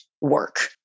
work